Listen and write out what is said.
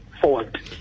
forward